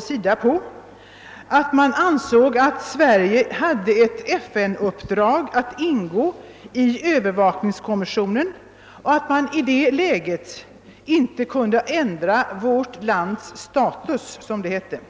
sin uppfattning att Sverige haft ett FN-uppdrag att ingå i övervakningskommissionen och att vi därför inte kunde ändra vårt lands status, som det heter.